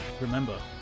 Remember